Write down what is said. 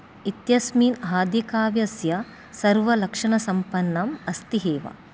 इत्यस्मिन् आदिकाव्यस्य सर्वलक्षनसम्पन्नम् अस्ति एव